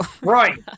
Right